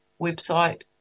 website